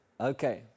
Okay